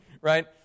right